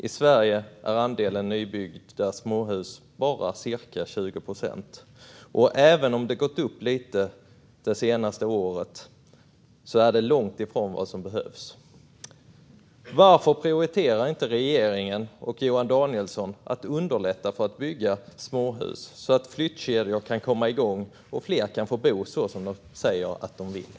I Sverige är andelen nybyggda småhus bara cirka 20 procent. Även om det har gått upp lite det senaste året är det långt ifrån vad som behövs. Varför prioriterar inte regeringen och Johan Danielsson att underlätta för att bygga småhus så att flyttkedjor kan komma igång och fler kan få bo så som de säger att de vill?